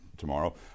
tomorrow